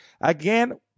again